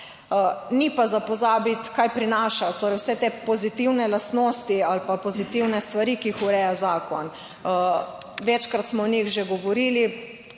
gre pa pozabiti, kaj prinaša, torej vse te pozitivne lastnosti ali pa pozitivne stvari, ki jih ureja zakon. Večkrat smo o njih že govorili